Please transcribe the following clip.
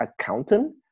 Accountant